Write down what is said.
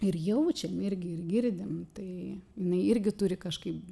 ir jaučiam irgi ir girdim tai jinai irgi turi kažkaip